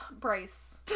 Bryce